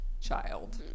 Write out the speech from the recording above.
child